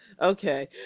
Okay